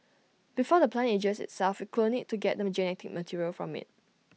before the plant ages itself we clone IT to get the genetic material from IT